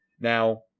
Now